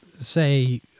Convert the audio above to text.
say